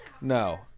No